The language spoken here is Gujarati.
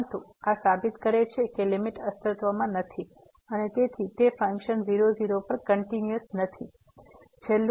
પરંતુ આ સાબિત કરે છે કે લીમીટ અસ્તિત્વમાં નથી અને તેથી તે ફંક્શન 00 પર કંટીન્યુઅસ નથી